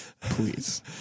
please